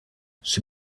she